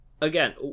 Again